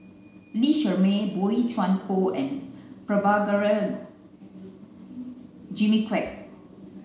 Lee Shermay Boey Chuan Poh and Prabhakara Jimmy Quek